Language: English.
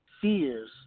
fears